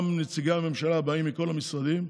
וגם נציגי הממשלה באים מכל המשרדים.